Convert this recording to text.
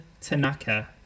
Tanaka